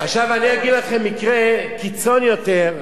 עכשיו אני אגיד לכם מקרה קיצון יותר.